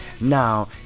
Now